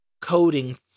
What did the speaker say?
coding